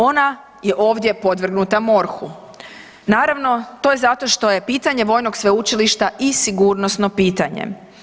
Ona je ovdje podvrgnuta MORH-u, naravno to je zato što je pitanje vojnog sveučilišta i sigurnosno pitanje.